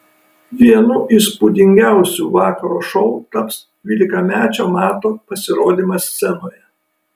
vienu įspūdingiausių vakaro šou taps dvylikamečio mato pasirodymas scenoje